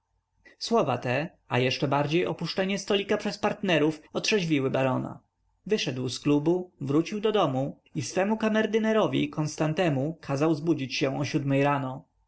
słowa te a jeszcze bardziej opuszczenie stolika przez partnerów otrzeźwiły barona wyszedł z klubu wrócił do domu i swemu karmerdynerowi konstantemu kazał zbudzić się o siódmej rano